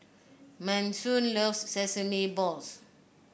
Manson loves Sesame Balls